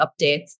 updates